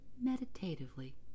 meditatively